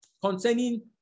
concerning